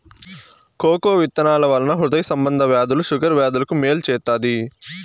cocoa విత్తనాల వలన హృదయ సంబంధ వ్యాధులు షుగర్ వ్యాధులకు మేలు చేత్తాది